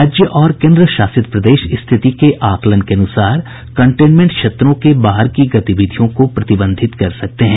राज्य और केन्द्रशासित प्रदेश स्थिति के आकलन के अनुसार कंटेनमेंट क्षेत्रों के बाहर की गतिविधियों को प्रतिबंधित कर सकते हैं